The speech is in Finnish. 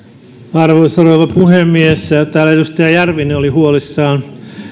arvoisa rouva puhemies täällä edustaja järvinen oli huolissaan